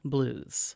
Blues